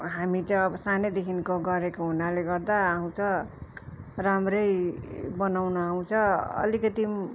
हामी त अब सानैदेखिको गरेको हुनाले गर्दा आउँछ राम्रै बनाउनु आउँछ अलिकति पनि